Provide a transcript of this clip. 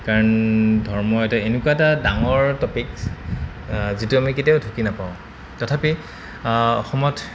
কাৰণ ধৰ্ম এটা এনেকুৱা এটা ডাঙৰ টপিকছ যিটো আমি কেতিয়াও ঢুকি নাপাওঁ তথাপি অসমত